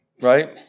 right